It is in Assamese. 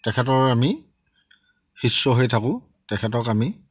তেখেতৰ আমি শিষ্য হৈ থাকোঁ তেখেতক আমি